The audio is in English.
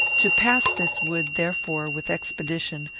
to pass this wood, therefore, with expedition,